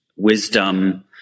wisdom